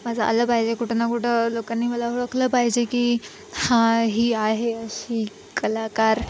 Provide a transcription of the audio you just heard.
माझं आलं पाहिजे कुठं ना कुठं लोकांनी मला ओळखलं पाहिजे की हा ही आहे अशी कलाकार